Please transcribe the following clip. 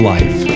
Life